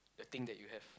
the thing that you have